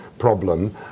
Problem